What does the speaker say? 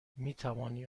میتوانی